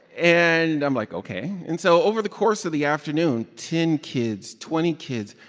and i'm like, ok. and so over the course of the afternoon, ten kids, twenty kids,